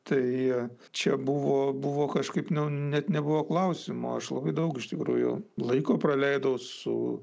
tai čia buvo buvo kažkaip net nebuvo klausimo aš labai daug iš tikrųjų laiko praleidau su